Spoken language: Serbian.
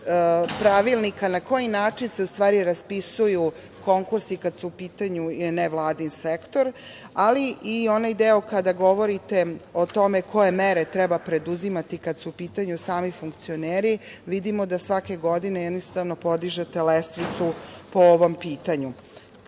pravilnika na koji način se u stvari raspisuju konkursi kada je u pitanju nevladin sektor, ali i onaj deo kada govorite o tome koje mere treba preduzimati kada su u pitanju sami funkcioneri, vidimo da svake godine, jednostavno, podižete lestvicu po ovom pitanju. Kada